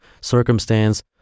circumstance